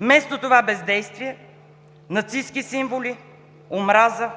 Вместо това – бездействие, нацистки символи, омраза,